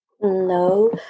No